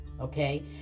Okay